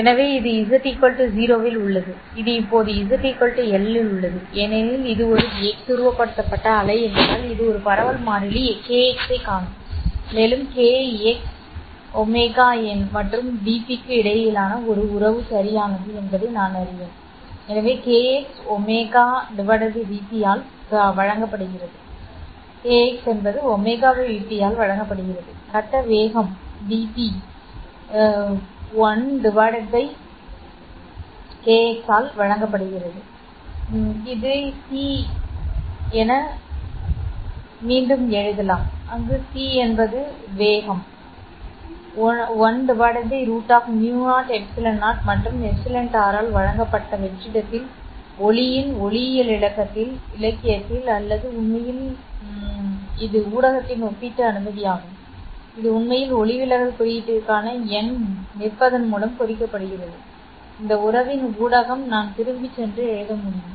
எனவே இது z 0 இல் உள்ளது இது இப்போது z L இல் உள்ளது ஏனெனில் இது ஒரு x துருவப்படுத்தப்பட்ட அலை என்பதால் இது ஒரு பரவல் மாறிலி kx ஐக் காணும் மேலும் kx ω மற்றும் vp க்கு இடையிலான உறவு சரியானது என்பதை நான் அறிவேன் எனவே kx ω vp ஆல் வழங்கப்படுகிறது கட்ட வேகம் vp 1 by ஆல் வழங்கப்படுகிறது இதை c asr என மீண்டும் எழுதலாம் அங்கு c என்பது வேகம் 1 √μ0ε0 மற்றும் εr ஆல் வழங்கப்பட்ட வெற்றிடத்தில் ஒளியின் ஒளியியல் இலக்கியத்தில் அல்லது உண்மையில் இலக்கியத்தில் இது ஊடகத்தின் ஒப்பீட்டு அனுமதி ஆகும் இது உண்மையில் ஒளிவிலகல் குறியீட்டிற்கான n நிற்பதன் மூலம் குறிக்கப்படுகிறது இந்த உறவின் ஊடகம் நான் திரும்பிச் சென்று எழுத முடியும்